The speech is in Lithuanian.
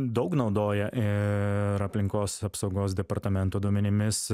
daug naudoja ir aplinkos apsaugos departamento duomenimis